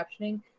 captioning